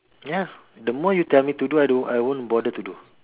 ya the more you tell me to do I don't I won't bother to do